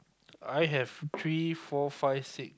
I have three four five six